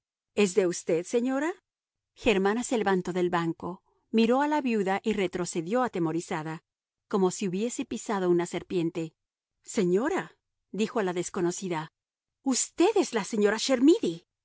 es de usted señora germana se levantó del banco miró a la viuda y retrocedió atemorizada como si hubiese pisado una serpiente señora dijo a la desconocida usted es la señora